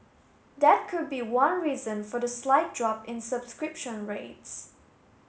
that could be one reason for the slight drop in subscription rates